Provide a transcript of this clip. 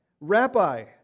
Rabbi